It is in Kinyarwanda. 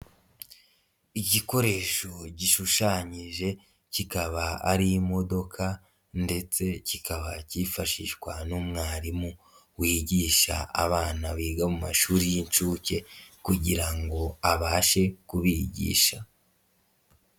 Igikoresho gishushanyije kikaba ari imodoka ndetse kikaba cyifashishwa n'umwarimu wigisha abana biga mu mashuri y'inshuke kugira ngo abashe kubigisha.